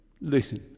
listen